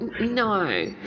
no